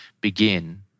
begin